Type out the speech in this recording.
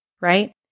Right